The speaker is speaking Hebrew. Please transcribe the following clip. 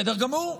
בסדר גמור.